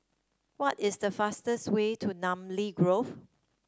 what is the fastest way to Namly Grove